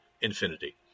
infinity